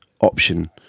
option